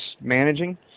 managing